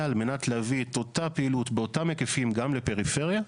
על מנת להביא את אותה פעילות באותם היקפים גם לפריפריה.